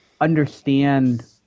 understand